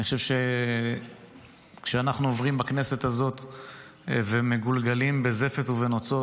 אני חושב שכשאנחנו עוברים בכנסת הזאת ומגולגלים בזפת ובנוצות,